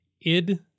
id